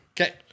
Okay